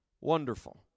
Wonderful